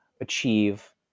achieve